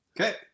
Okay